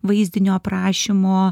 vaizdinio aprašymo